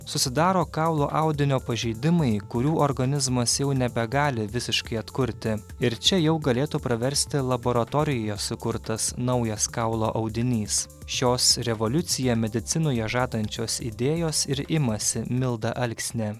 susidaro kaulo audinio pažeidimai kurių organizmas jau nebegali visiškai atkurti ir čia jau galėtų praversti laboratorijoje sukurtas naujas kaulo audinys šios revoliuciją medicinoje žadančios idėjos ir imasi milda alksnė